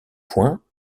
point